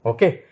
Okay